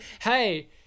hey